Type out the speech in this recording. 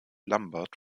lambert